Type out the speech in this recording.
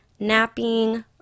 napping